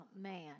man